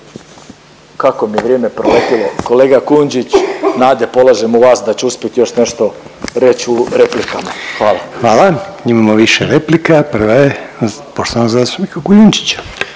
kako mi je vrijeme proletjelo, kolega Kujundžić nade polažem u vas da ću uspjet još nešto reć u replikama. Hvala. **Reiner, Željko (HDZ)** Hvala. Imamo više replika. Prva je poštovanog zastupnika Kujundžića.